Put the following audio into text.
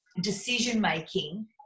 decision-making